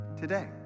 today